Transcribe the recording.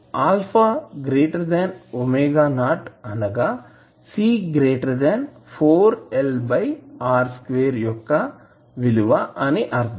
α ⍵0 అనగా C 4L R2 యొక్క విలువ అని అర్థం